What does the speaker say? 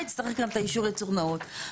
יצטרך גם את אישור ייצור נאות.